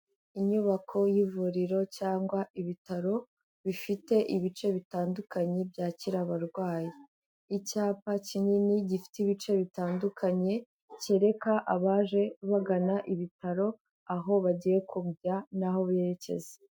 Inyubako y'ivuriro cyangwa ibitaro bifite ibice bitandukanye byakira abarwayi, icyapa kinini gifite ibice bitandukanye kereka abaje bagana ibitaro aho bagiye kujya n'aho berekeza.